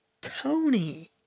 Tony